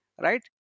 right